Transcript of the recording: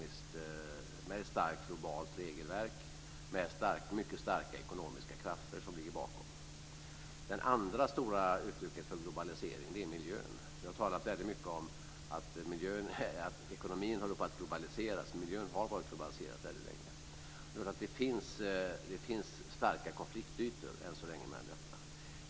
Den har ett starkt globalt regelverk och mycket starka ekonomiska krafter ligger bakom. Det andra stora uttrycket för globalisering är miljön. Vi har talat väldigt mycket om att ekonomin håller på att globaliseras. Miljön har varit globaliserad väldigt länge. Men det finns än så länge starka konfliktytor mellan dessa.